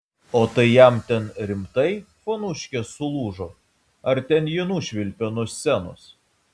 o tai jam ten rimtai fonuškė sulūžo ar ten jį nušvilpė nuo scenos